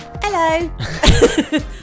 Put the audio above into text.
Hello